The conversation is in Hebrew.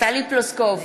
טלי פלוסקוב,